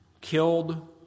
killed